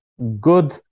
good